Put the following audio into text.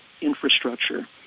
infrastructure